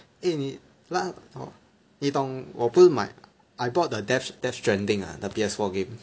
eh 你 la~ uh 你懂我不是买 I bought the Death Death Stranding ah the P_S four game